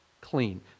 Clean